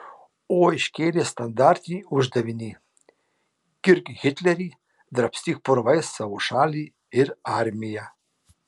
o iškėlė standartinį uždavinį girk hitlerį drabstyk purvais savo šalį ir armiją